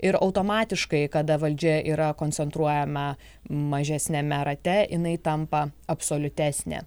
ir automatiškai kada valdžia yra koncentruojama mažesniame rate jinai tampa absoliutesnė